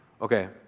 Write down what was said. Okay